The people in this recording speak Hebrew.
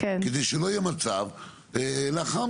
כדי שלא יהיה מצב לאחר מכן?